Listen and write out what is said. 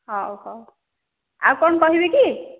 ହଉ ହଉ ଆଉ କ'ଣ କହିବେ କି